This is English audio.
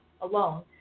alone